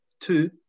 Two